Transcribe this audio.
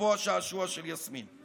אפרופו השעשוע של יסמין.